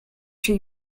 się